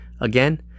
again